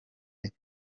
rtd